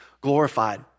glorified